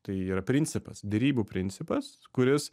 tai yra principas derybų principas kuris